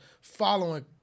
following